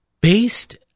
based